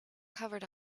covered